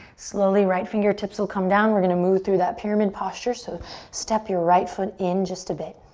slowly, right fingertips will come down. we're gonna move through that pyramid posture, so step your right foot in just a bit.